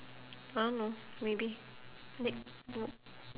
I don't know maybe next mm